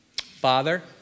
Father